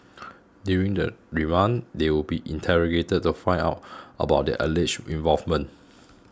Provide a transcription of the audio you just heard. during the remand they will be interrogated to find out about their alleged involvement